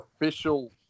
official